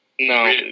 No